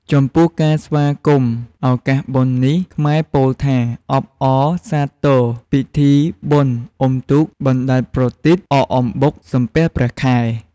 ចំពោះការស្វាគមន៍ឱកាសបុណ្យនេះ ខ្មែរពោលថា អបអរសាទរពិធីបុណ្យអ៊ុំទូក បណ្ដែតប្រទីប អកអំបុក សំពះព្រះខែ។